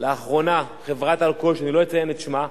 לאחרונה חברת אלכוהול, שאני לא אציין את שמה,